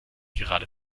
gerade